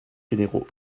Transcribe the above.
fédéraux